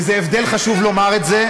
וזה הבדל, חשוב לומר את זה,